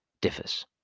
differs